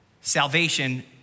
salvation